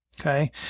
Okay